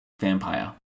vampire